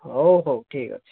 ହଉ ହଉ ଠିକ୍ ଅଛି